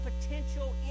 potential